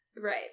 right